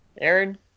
Aaron